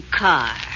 car